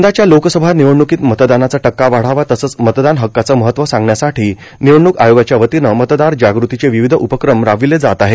यंदाच्या लोकसभा निवडणुकोत मतदानाचा टक्का वाढावा तसंच मतदान हक्काचं महत्व सांगण्यासाठी निवडणूक आयोगाच्यावतीनं मतदार जागृतीचे र्वावध उपक्रम रार्बावले जात आहेत